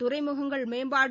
துறைமுகங்கள் மேம்பாடு